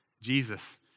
Jesus